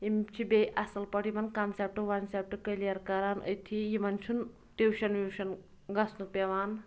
یم چھِ بیٚیہِ اصٕل پٲٹھۍ یمن کَنسیٚپٹہٕ ونسیٚپٹہٕ کلیر کران أتتھٕے یمن چھُنہٕ ٹیٛوٗشن ویٛوٗشن گَژھُن پیٚوان